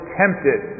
tempted